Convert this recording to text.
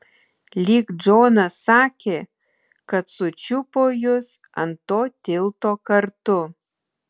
lyg džonas sakė kad sučiupo jus ant to tilto kartu